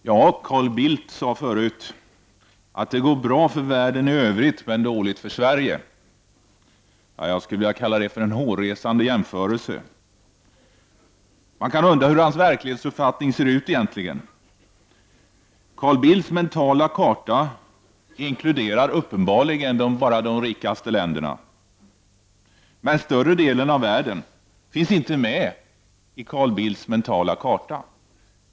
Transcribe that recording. Herr talman! Carl Bildt sade tidigare att det går bra för världen i övrig men dåligt för Sverige. Jag skulle vilja kalla det en hårresande jämförelse. Man kan undra hur hans verklighetsbild egentligen ser ut. Carl Bildts mentala karta upptar uppenbarligen bara de rikaste länderna — större delen av världen finns inte med.